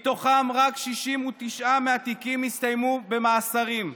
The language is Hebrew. מתוכם רק 69 מהתיקים הסתיימו במאסרים,